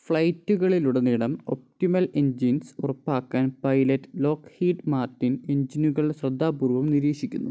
ഫ്ലൈറ്റികളിലുടനീളം optimal engines ഉറപ്പാക്കാൻ pilot Lockheed Martin എഞ്ചിനുകൾ ശ്രദ്ധാപൂർവ്വം നിരീക്ഷിക്കുന്നു